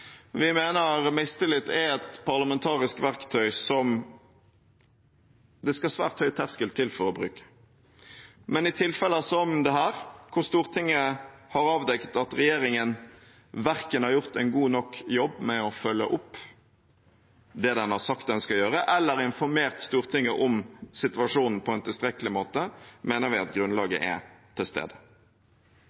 Vi mener mistillit er et parlamentarisk verktøy som det skal svært høy terskel til for å bruke. Men i tilfeller som dette, der Stortinget har avdekket at regjeringen verken har gjort en god nok jobb med å følge opp det den har sagt den skal gjøre, eller informert Stortinget om situasjonen på en tilstrekkelig måte, mener vi at grunnlaget er til stede.